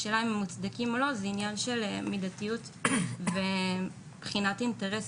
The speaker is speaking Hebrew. השאלה אם הם מוצדקים או לא היא עניין של מידתיות ובחינת אינטרסים.